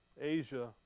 Asia